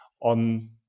on